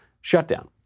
shutdown